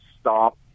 stop